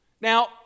Now